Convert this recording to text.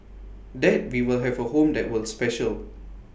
that we will have A home that will special